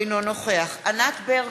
אינו נוכח ענת ברקו,